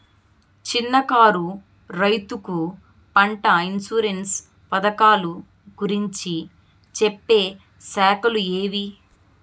చిన్న కారు రైతుకు పంట ఇన్సూరెన్సు పథకాలు గురించి చెప్పే శాఖలు ఏవి?